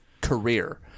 career